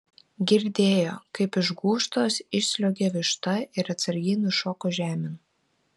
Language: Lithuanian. girdėjo kaip iš gūžtos išsliuogė višta ir atsargiai nušoko žemėn